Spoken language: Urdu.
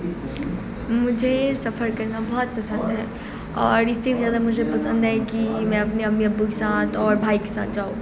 مجھے سفر کرنا بہت پسند ہے اور اس سے بھی زیادہ مجھے پسند ہے کی میں اپنی امی ابو کے ساتھ اور بھائی کے ساتھ جاؤں